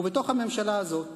ובתוך הממשלה הזאת